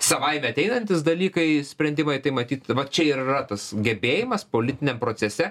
savaime ateinantys dalykai sprendimai tai matyt mat čia ir yra tas gebėjimas politiniam procese